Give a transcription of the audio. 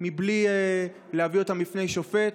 בלי להביא אותם בפני שופט?